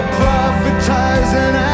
prophetizing